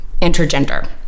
intergender